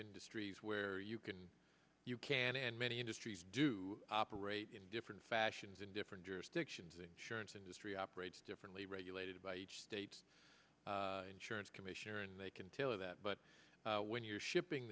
industries where you can you can and many industries do operate in different fat in different jurisdictions insurance industry operates differently regulated by each state insurance commissioner and they can tailor that but when you're shipping